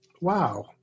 wow